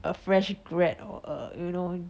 a fresh grad~ or a you know